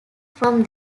from